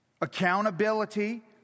accountability